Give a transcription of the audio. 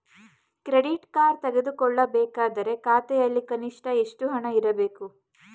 Credit card ತೆಗೆದುಕೊಳ್ಳಬೇಕಾದರೆ ಖಾತೆಯಲ್ಲಿ ಕನಿಷ್ಠ ಎಷ್ಟು ಹಣ ಇರಬೇಕು?